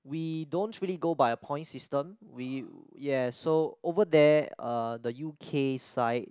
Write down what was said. we don't really go by a point system we yes so over there uh the U_K side